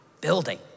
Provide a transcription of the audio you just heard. building